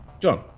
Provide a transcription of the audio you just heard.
John